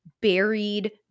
buried